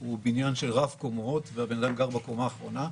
הוא בניין רב קומות והבן אדם גר בקומה האחרונה,